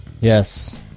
Yes